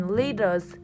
leaders